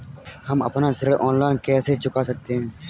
हम अपना ऋण ऑनलाइन कैसे चुका सकते हैं?